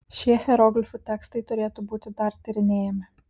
šie hieroglifų tekstai turėtų būti dar tyrinėjami